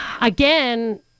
Again